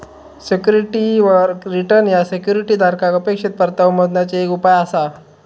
सिक्युरिटीवर रिटर्न ह्या सिक्युरिटी धारकाक अपेक्षित परतावो मोजण्याचे एक उपाय आसा